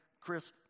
Chris